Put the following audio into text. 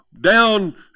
down